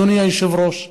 אדוני היושב-ראש,